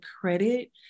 credit